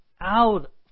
out